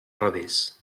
revés